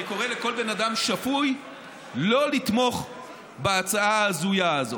אני קורא לכל בן אדם שפוי לא לתמוך בהצעה ההזויה הזו.